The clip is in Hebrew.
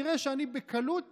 תראה שאני בקלות